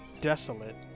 desolate